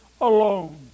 alone